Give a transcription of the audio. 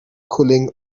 cooling